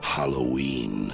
Halloween